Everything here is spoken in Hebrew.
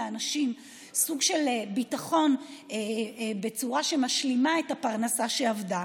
סוג של ביטחון לאנשים בצורה שמשלימה את הפרנסה שאבדה,